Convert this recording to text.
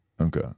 Okay